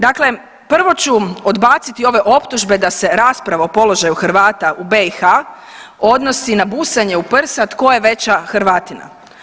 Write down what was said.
Dakle, prvo ću odbaciti ove optužbe da se rasprava o položaju Hrvata u BiH odnosi na busanje u prsa ko je veća hrvatina.